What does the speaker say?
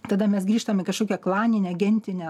tada mes grįžtam į kažkokią klaninę gentinę